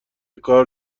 کار